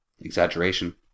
Exaggeration